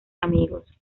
amigos